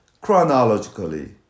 chronologically